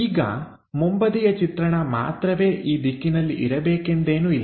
ಈಗ ಮುಂಬದಿಯ ಚಿತ್ರಣ ಮಾತ್ರವೇ ಈ ದಿಕ್ಕಿನಲ್ಲಿ ಇರಬೇಕೆಂದೇನೂ ಇಲ್ಲ